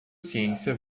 ciência